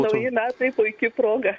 nauji metai puiki proga